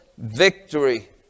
victory